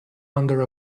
under